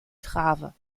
trave